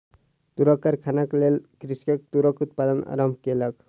तूरक कारखानाक लेल कृषक तूरक उत्पादन आरम्भ केलक